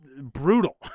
brutal